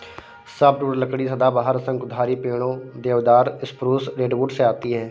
softwood लकड़ी सदाबहार, शंकुधारी पेड़ों, देवदार, स्प्रूस, रेडवुड से आती है